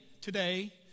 today